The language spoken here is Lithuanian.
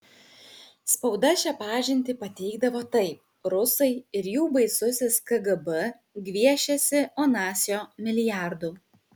spauda šią pažintį pateikdavo taip rusai ir jų baisusis kgb gviešiasi onasio milijardų